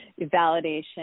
validation